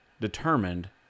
determined